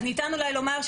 אז ניתן אולי לומר,